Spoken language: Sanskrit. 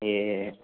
ये